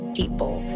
people